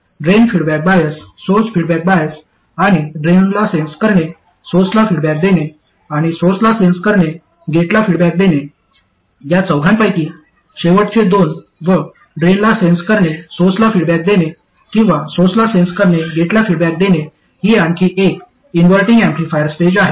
drain feedback bias source feedback bias आणि ड्रेनला sense करणे सोर्सला फीडबॅक देणे आणि सोर्सला सेन्स करणे गेटला फीडबॅक देणे या चौघांपैकी शेवटचे दोन व ड्रेनला सेन्स करणे सोर्सला फीडबॅक देणे किंवा सोर्सला सेन्स करणे गेटला फीडबॅक देणे हि आणखी एक इन्व्हर्टींग एम्पलीफायर स्टेज आहे